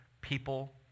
people